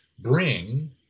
bring